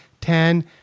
ten